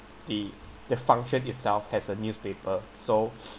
the the function itself as a newspaper so